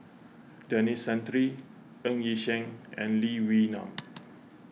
Denis Santry Ng Yi Sheng and Lee Wee Nam